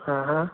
हा हा